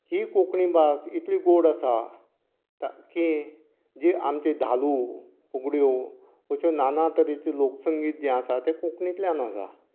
ही कोंकणी भास इतली गोड आसा की जी आमची धालो फुगड्यो अश्यो नाना तरेच्यो लोक संगीत जें आसा तें कोंकणीतल्यान आसा